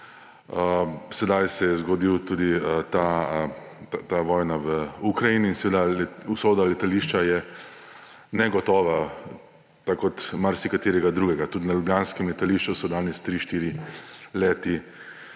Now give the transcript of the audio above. sedaj se je zgodil tudi ta vojna v Ukrajini. Usoda letališča je seveda negotova tako kot marsikaterega drugega, tudi na ljubljanskem letališču so danes tri,